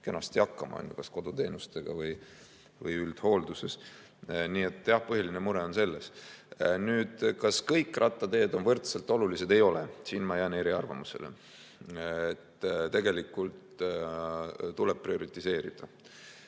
kenasti hakkama kas koduteenustega või üldhoolduses. Nii et jah, põhiline mure on selles. Kas kõik rattateed on võrdselt olulised? Ei ole. Siin ma jään eriarvamusele. Tegelikult tuleb prioritiseerida,